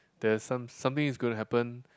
there's some something is gonna happen